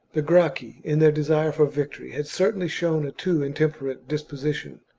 the gracchi, in their desire for victory, had certainly shown a too intemperate disposition.